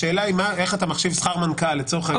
השאלה היא איך אתה מחשיב שכר מנכ"ל לצורך העניין,